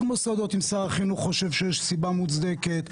מוסדות ששר החינוך חושב שיש סיבה מוצדקת,